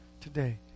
today